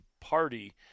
Party